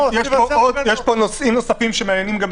יש פה נושאים נוספים שמעניינים את